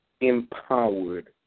empowered